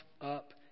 up